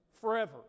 Forever